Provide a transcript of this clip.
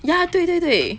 ya 对对对